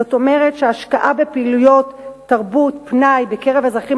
זאת אומרת שהשקעה בפעילויות תרבות ופנאי בקרב האזרחים